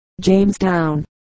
Jamestown